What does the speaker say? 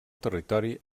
territori